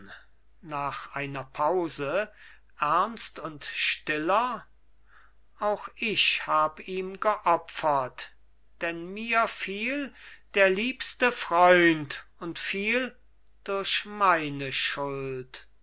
nach einer pause ernst und stiller auch ich hab ihm geopfert denn mir fiel der liebste freund und fiel durch meine schuld